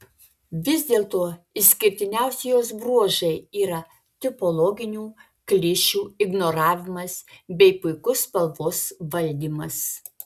vis dėlto išskirtiniausi jos bruožai yra tipologinių klišių ignoravimas bei puikus spalvos valdymas